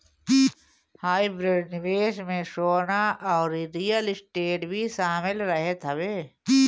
hybrid निवेश में सोना अउरी रियल स्टेट भी शामिल रहत हवे